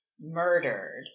murdered